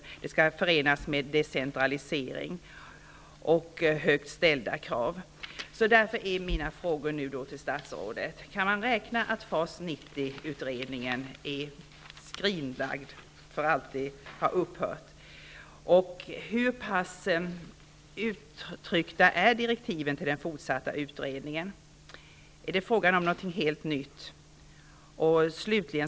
Detta skall förenas med decentralisering. Kan man räkna med att FAS 90 utredningen har upphört? Hur pass preciserade är direktiven till den fortsatta utredningen? Är det fråga om något helt nytt?